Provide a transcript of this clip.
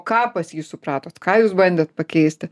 ką pas jį supratot ką jūs bandėt pakeisti